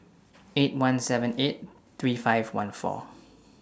eight one seven eight three five one four